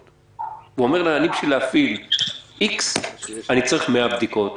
ואומרים: אני בשביל להפעיל X צריך 100 בדיקות,